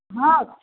ହଁ